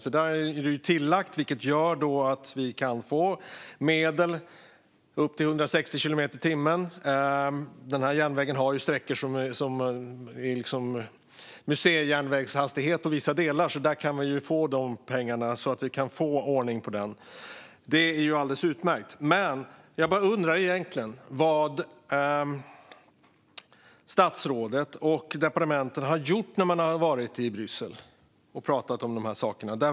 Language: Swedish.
Det har blivit tillagt, vilket gör att vi kan få medel för upp till 160 kilometer i timmen. Järnvägen har sträckor som på vissa delar har museijärnvägshastighet. Till det kan vi få pengar och kan då få ordning på den sträckan. Det här är alldeles utmärkt. Men jag undrar egentligen vad statsrådet och departementet har gjort när de har varit i Bryssel och pratat om dessa saker.